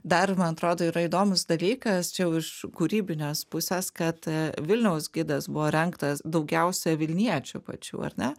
dar man atrodo yra įdomus dalykas čia jau iš kūrybinės pusės kad vilniaus gidas buvo rengtas daugiausia vilniečių pačių ar ne